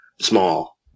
small